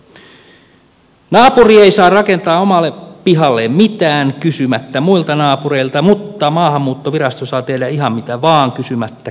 naapuri ei saa rakentaa omalle pihalleen mitään kysymättä muilta naapureilta mutta maahanmuuttovirasto saa tehdä ihan mitä vain kysymättä keneltäkään mitään